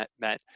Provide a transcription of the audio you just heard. met